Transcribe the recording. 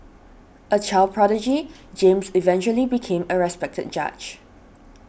a child prodigy James eventually became a respected judge